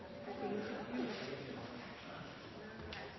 kunne